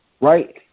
Right